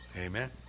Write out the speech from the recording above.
Amen